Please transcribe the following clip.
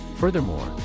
Furthermore